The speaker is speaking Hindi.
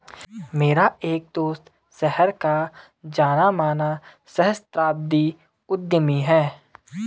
मेरा एक दोस्त शहर का जाना माना सहस्त्राब्दी उद्यमी है